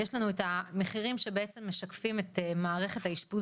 יש לנו את המחירים שבעצם משקפים את מערכת האשפוז